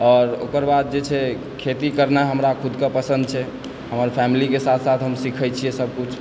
आओर ओकर बाद जे छै खेती करनाइ हमरा खुदके पसन्द छै हमर फैमिलीके साथ साथ हम सिखै छियै सब किछु